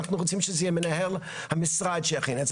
אנחנו רוצים שזה יהיה מנהל המשרד שיכין את זה',